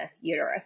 uterus